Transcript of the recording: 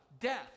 death